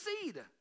seed